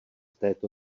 této